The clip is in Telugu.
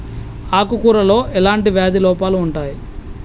ఆకు కూరలో ఎలాంటి వ్యాధి లోపాలు ఉంటాయి?